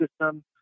system